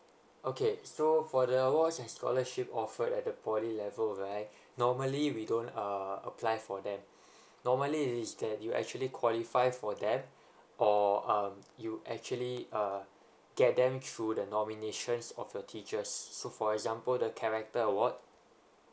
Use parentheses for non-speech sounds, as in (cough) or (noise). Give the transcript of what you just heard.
okay so for the awards that's scholarship offered at the poly level right normally we don't uh apply for them (breath) normally is that you actually qualify for them or um you actually uh get them through the nominations of your teachers so for example the character award